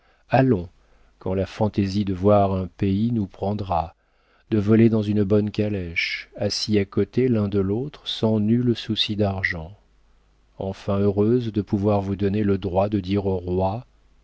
allons quand la fantaisie de voir un pays nous prendra de voler dans une bonne calèche assis à côté l'un de l'autre sans nul souci d'argent enfin heureuse de pouvoir vous donner le droit de dire au roi